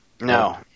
No